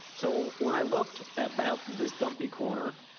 so when i looked about this dumpy corner,